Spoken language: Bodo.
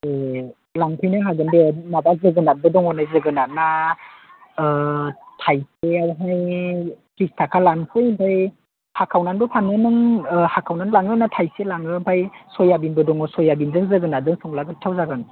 ए लांफैनो हागोन दे माबा जोगोनारबो दङ नै जोगोनारा थायसेआवहाय ट्रिस थाका लानोसै ओमफ्राय हाखावनानैबो फानो नों हाखावनानै लाङो ना थायसे लाङो ओमफ्राय सयाबिनबो दङ सयाबिनजों जोगोनारजों सङोब्ला गोथाव जागोन